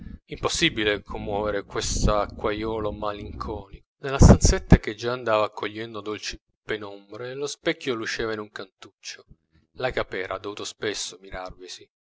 impossibile commovere quest'acquaiolo malinconico nella stanzetta che già andava accogliendo dolci penombre lo specchio luceva in un cantuccio la capera ha dovuto spesso mirarvisi